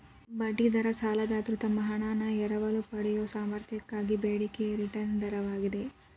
ಬಡ್ಡಿ ದರ ಸಾಲದಾತ್ರು ತಮ್ಮ ಹಣಾನ ಎರವಲು ಪಡೆಯಯೊ ಸಾಮರ್ಥ್ಯಕ್ಕಾಗಿ ಬೇಡಿಕೆಯ ರಿಟರ್ನ್ ದರವಾಗಿದೆ